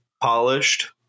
polished